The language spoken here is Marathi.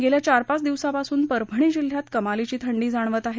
गेल्या चार पाच दिवसापासून परभणी जिल्ह्यात कमालीची थंडी जाणवत आहे